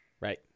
Right